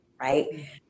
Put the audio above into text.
Right